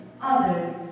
others